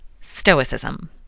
Stoicism